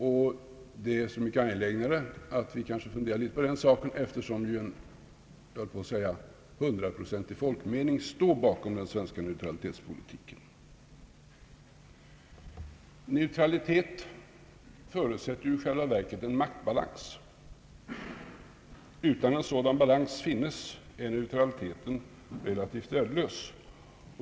Det är så mycket angelägnare att vi funderar litet på den saken som en, jag höll på att säga, hundraprocentig folkmening står bakom den svenska neutralitetspolitiken. Neutralitet förutsätter ju i själva verket en maktbalans; om inte sådan balans finnes är neutraliteten relativt värdelös.